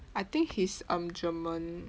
I think he's um german